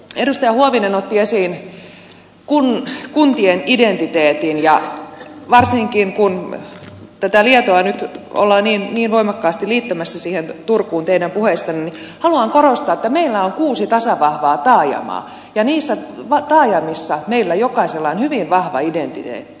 edustaja huovinen otti esiin kuntien identiteetin ja varsinkin kun tätä lietoa nyt ollaan niin voimakkaasti liittämässä siihen turkuun teidän puheissanne niin haluan korostaa että meillä on kuusi tasavahvaa taajamaa ja niissä taajamissa meillä jokaisella on hyvin vahva identiteetti